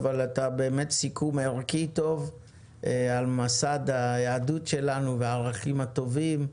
סיכום ערכי טוב על מסד היהדות שלנו והערכים הטובים,